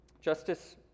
Justice